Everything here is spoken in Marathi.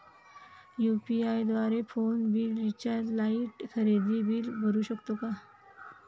यु.पी.आय द्वारे फोन बिल, रिचार्ज, लाइट, खरेदी बिल भरू शकतो का?